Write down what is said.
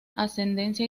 ascendencia